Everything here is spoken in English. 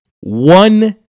one